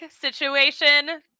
situation